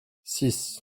six